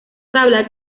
tabla